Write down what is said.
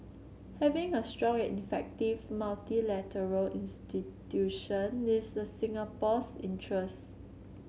having a strong and effective multilateral institution is a Singapore's interest